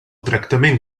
tractament